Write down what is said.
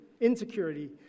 insecurity